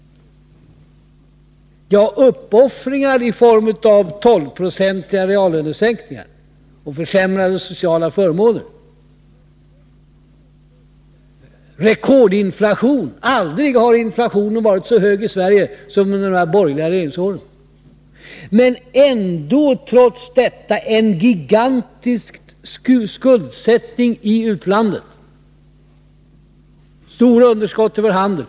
Jo, det blev uppoffringar i form av en 12-procentig reallönesänkning, försämrade sociala förmåner och rekordinflation. Aldrig har inflationen i Sverige varit så hög som under de borgerliga regeringsåren. Men ändå, trots detta, fick vi en gigantisk skuldsättning i utlandet och stora underskott i vår handel.